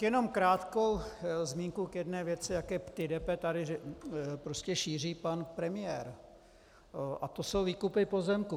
Jenom krátkou zmínku k jedné věci, jaké ptydepe tady prostě šíří pan premiér, a to jsou výkupy pozemků.